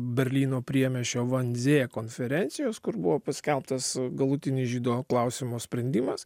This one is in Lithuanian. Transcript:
berlyno priemiesčio vanzė konferencijos kur buvo paskelbtas galutinis žydų klausimo sprendimas